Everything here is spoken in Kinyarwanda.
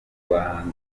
bahanzi